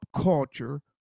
Culture